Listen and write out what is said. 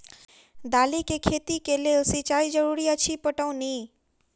दालि केँ खेती केँ लेल सिंचाई जरूरी अछि पटौनी?